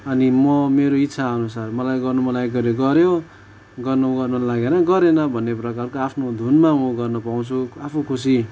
अनि म मेरो इच्छा अनुसार मलाई गर्नु मन लाग्यो गऱ्यो गर्नु गर्नु मन लागेन भने गरेन भन्ने प्रकारको आफ्नो धुनमा म गर्नु पाउँछु आफू खुसी